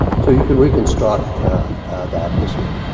so you can reconstruct that history.